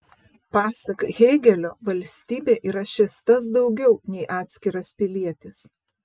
pasak hėgelio valstybė yra šis tas daugiau nei atskiras pilietis